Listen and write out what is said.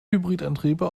hybridantriebe